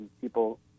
people